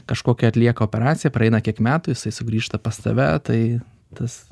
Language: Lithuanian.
kažkokią atlieka operaciją praeina kiek metų jisai sugrįžta pas tave tai tas